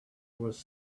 was